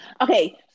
okay